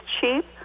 cheap